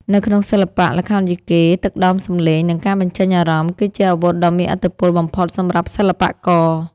នៅក្នុងសិល្បៈល្ខោនយីកេ ទឹកដមសំឡេង និងការបញ្ចេញអារម្មណ៍ គឺជាអាវុធដ៏មានឥទ្ធិពលបំផុតសម្រាប់សិល្បករ។